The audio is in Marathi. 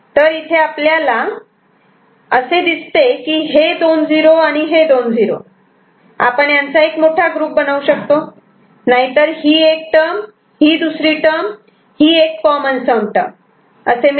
तर इथे आपल्याला असे दिसते की हे दोन 0 आणि हे दोन 0 आपण यांचा एक मोठा ग्रुप बनवू शकतो नाहीतर ही एक टर्म ही दुसरी टर्म आणि ही एक कॉमन सम टर्म मिळेल